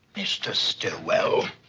mr. stillwell!